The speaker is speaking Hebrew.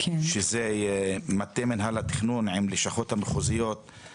שזה מטה מינהל התכנון עם לשכות מחוזיות,